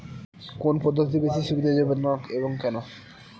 কোন পদ্ধতি বেশি সুবিধাজনক এবং কেন?